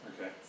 okay